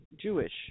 Jewish